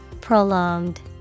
Prolonged